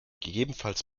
gegebenenfalls